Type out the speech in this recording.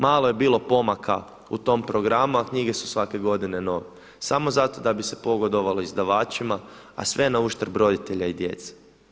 Malo je bilo pomaka u tom programu, a knjige su svake godine nove, samo zato da bi se pogodovalo izdavačima, a sve na uštrb roditelja i djece.